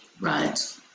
Right